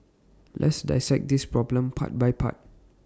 let's dissect this problem part by part